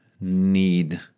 need